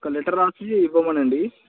ఒక లెటర్ రాసి ఇవ్వమనండి